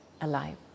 alive